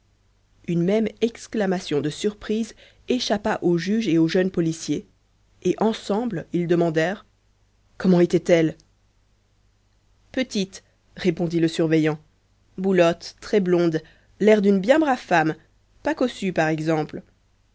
une même exclamation de surprise échappa au juge et au jeune policier et ensemble ils demandèrent comment était-elle petite répondit le surveillant boulotte très blonde l'air d'une bien brave femme pas cossue par exemple